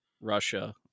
Russia